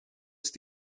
ist